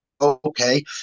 okay